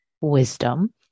wisdom